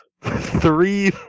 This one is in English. Three